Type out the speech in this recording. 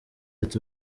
ati